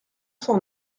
cent